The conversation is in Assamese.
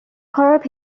ঘৰৰ